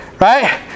Right